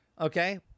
Okay